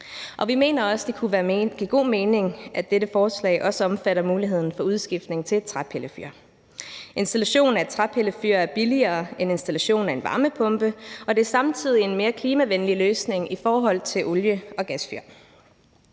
Vi mener også, at det kunne give god mening, at dette forslag også omfatter muligheden for at skifte til et træpillefyr. Installation af et træpillefyr er billigere end installation af en varmepumpe, og det er samtidig en mere klimavenlig løsning i forhold til olie- og gasfyr.